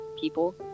people